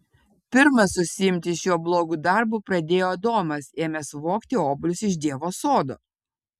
pirmas užsiimti šiuo blogu darbu pradėjo adomas ėmęs vogti obuolius iš dievo sodo